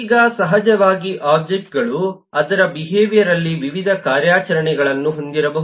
ಈಗ ಸಹಜವಾಗಿ ಒಬ್ಜೆಕ್ಟ್ಗಳು ಅದರ ಬಿಹೇವಿಯರ್ ಅಲ್ಲಿ ವಿವಿಧ ಕಾರ್ಯಾಚರಣೆಗಳನ್ನು ಹೊಂದಿರಬಹುದು